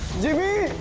jimmy,